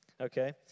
Okay